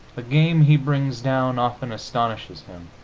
the game he brings down often astonishes him,